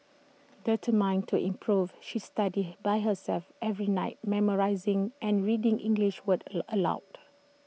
determined to improve she studied by herself every night memorising and reading English words A aloud